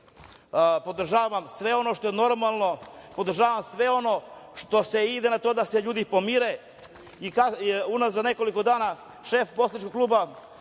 podržavam sve ono što je normalno, podržavam sve ono što ide na to da se ljudi pomire. Unazad nekoliko dana, šef poslaničkog kluba